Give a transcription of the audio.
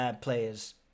Players